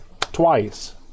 twice